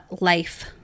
life